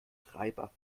treiber